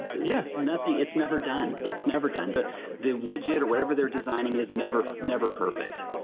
yeah, nothing. it's never done. it's never done. but the widget or whatever they're designing is never, never perfect.